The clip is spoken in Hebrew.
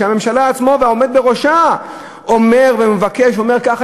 כשהממשלה עצמה והעומד בראשה מבקש ואומר שככה